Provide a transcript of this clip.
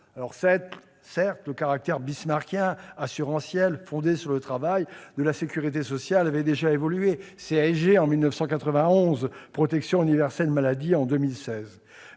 d'euros. Certes, le caractère bismarckien et assurantiel, fondé sur le travail, de la sécurité sociale avait déjà évolué, avec la CSG en 1991 ou la protection universelle maladie en 2016,